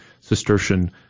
cistercian